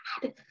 god